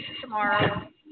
tomorrow